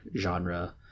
genre